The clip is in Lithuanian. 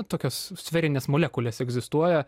tokios sferinės molekulės egzistuoja